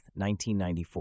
1994